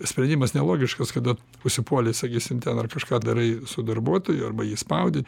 sprendimas nelogiškas kada užsipuoli sakysim ten ar kažką darai su darbuotoju arba jį spaudi